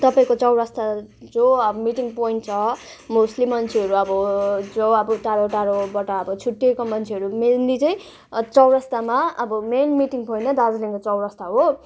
तपाईँको चौरस्ता जो अब मिटिङ पोइन्ट छ मोस्टली मान्छेहरू अब जो अब टाढो टाढोबाट अब छुट्टिएको मान्छेहरू मेन्ली चाहिँ चौरस्तामा अब मेन मिटिङ पोइन्ट नै दार्जिलिङमा चौरस्ता हो